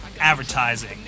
advertising